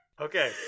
Okay